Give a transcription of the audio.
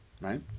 Right